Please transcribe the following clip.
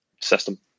system